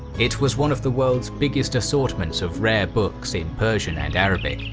it was one of the world's biggest assortments of rare books in persian and arabic.